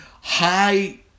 high